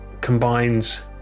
combines